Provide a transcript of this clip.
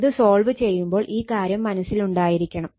ഇത് സോൾവ് ചെയ്യുമ്പോൾ ഈ കാര്യം മനസ്സിലുണ്ടായിരിക്കണം